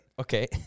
Okay